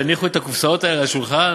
יניחו את הקופסאות האלה על השולחן